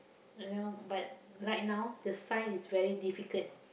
you know but right now the science is very difficult